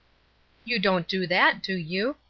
you don't do that, do you?